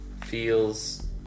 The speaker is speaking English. feels